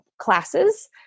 classes